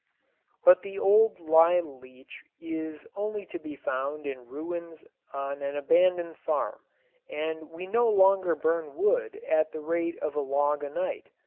but the old lye-leach is only to be found in ruins on an abandoned farm and we no longer burn wood at the rate of a log a night.